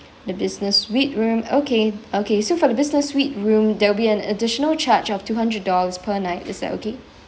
the business suite room okay okay so for the business suite room there will be an additional charge of two hundred dollars per night is that okay